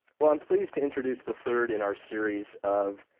well, i'm pleased to introduce the third in our series of